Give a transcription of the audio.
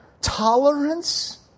tolerance